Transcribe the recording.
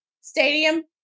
stadium